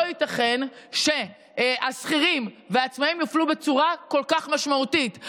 לא ייתכן שהשכירים והעצמאים יופלו בצורה כל כך משמעותית.